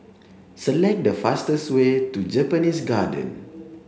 select the fastest way to Japanese Garden